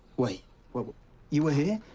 wait. what you were here?